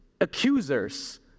accusers